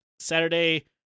Saturday